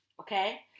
Okay